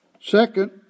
Second